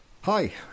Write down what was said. Hi